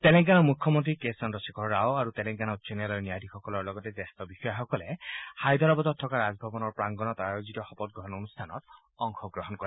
তেলেংগানাৰ মুখ্যমন্ত্ৰী কে চন্দ্ৰশেখৰ ৰাও তেলেংগানা উচ্চ ন্যায়ালয়ৰ ন্যায়াধীশসকলৰ লগতে জ্যেষ্ঠ বিষয়াসকলে হায়দৰাবাদত থকা ৰাজভৱনৰ প্ৰাংগনত আয়োজিত শপত গ্ৰহণ অনুষ্ঠানত অংশগ্ৰহণ কৰে